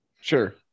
Sure